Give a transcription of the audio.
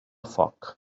foc